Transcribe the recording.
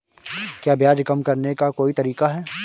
क्या ब्याज कम करने का कोई तरीका है?